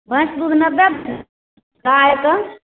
भैंसके दूध नब्बे गायके